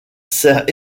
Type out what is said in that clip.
sert